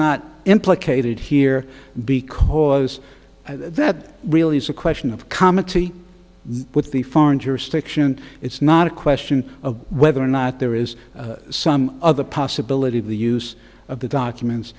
not implicated here because that really is a question of committee with the foreign jurisdiction it's not a question of whether or not there is some other possibility of the use of the documents